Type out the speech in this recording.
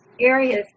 areas